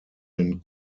den